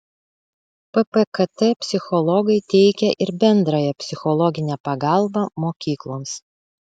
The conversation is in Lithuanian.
ppkt psichologai teikia ir bendrąją psichologinę pagalbą mokykloms